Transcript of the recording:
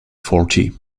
forty